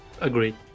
agreed